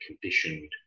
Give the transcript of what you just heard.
conditioned